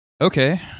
Okay